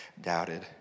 doubted